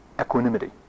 equanimity